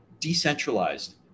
decentralized